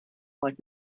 like